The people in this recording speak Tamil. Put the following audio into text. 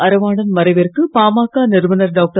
அறவாணன் மறைவிற்கு பாமக நிறுவனர் டாக்டர்